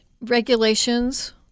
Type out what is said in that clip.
regulations